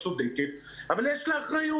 צודקת אבל יש לה אחריות.